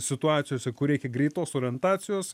situacijose kur reikia greitos orientacijos